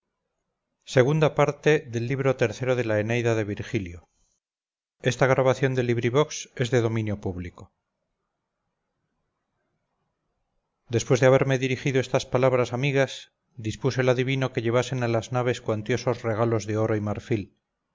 troya después de haberme dirigido estas palabras amigas dispuso el adivino que llevasen a las naves cuantiosos regalos de oro y marfil